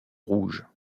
rouges